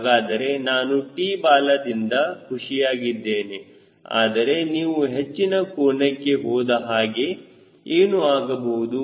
ಹಾಗಾದರೆ ನಾನು T ಬಾಲದಿಂದ ಖುಷಿಯಾಗಿದ್ದೇನೆ ಆದರೆ ನೀವು ಹೆಚ್ಚಿನ ಕೋನಕ್ಕೆ ಹೋದಹಾಗೆ ಏನು ಆಗಬಹುದು